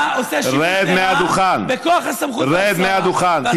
אתה עושה שימוש לרעה, רד מהדוכן.